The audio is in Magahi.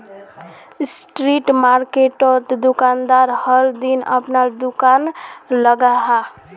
स्ट्रीट मार्किटोत दुकानदार हर दिन अपना दूकान लगाहा